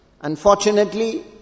Unfortunately